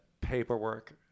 paperwork